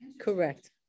Correct